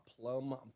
plum